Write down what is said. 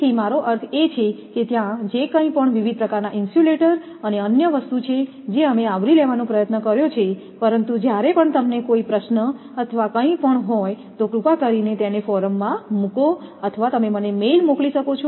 તેથી મારો અર્થ એ છે કે ત્યાં જે કંઇ પણ વિવિધ પ્રકારનાં ઇન્સ્યુલેટર અને અન્ય વસ્તુ છે જે અમે આવરી લેવાનો પ્રયત્ન કર્યો છે પરંતુ જ્યારે પણ તમને કોઈ પ્રશ્નો અથવા કંઈપણ હોય તો કૃપા કરીને તેને ફોરમમાં મૂકો અથવા તમે મને મેઇલ મોકલી શકો છો